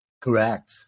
Correct